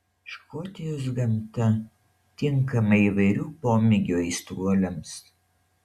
škotijos gamta tinkama įvairių pomėgių aistruoliams